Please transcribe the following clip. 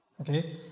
Okay